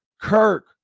Kirk